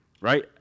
Right